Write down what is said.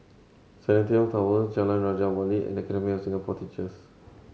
Centennial Tower Jalan Raja Wali and Academy of Singapore Teachers